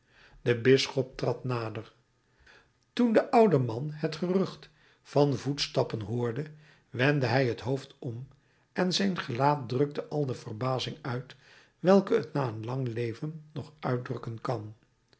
de bisschop trad nader toen de oude man het gerucht van voetstappen hoorde wendde hij het hoofd om en zijn gelaat drukte al de verbazing uit welke het na een lang leven nog uitdrukken kan